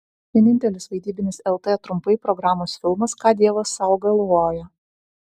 vienintelis vaidybinis lt trumpai programos filmas ką dievas sau galvoja